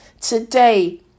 today